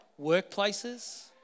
workplaces